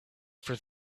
for